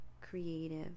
creative